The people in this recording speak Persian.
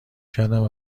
کردم